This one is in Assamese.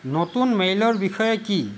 নতুন মেইলৰ বিষয়ে কি